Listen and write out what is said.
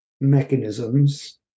mechanisms